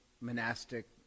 monastic